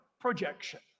projection